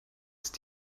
ist